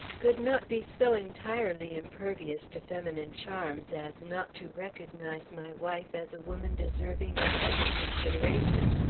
could not be so entirely impervious to feminine charms as not to recognize my wife as a woman deserving of every consideration.